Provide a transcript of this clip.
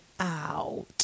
out